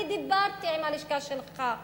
אני דיברתי עם הלשכה שלך,